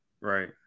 Right